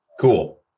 cool